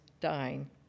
dying